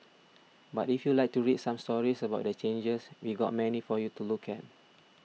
but if you'd like to read some stories about the changes we've got many for you to look at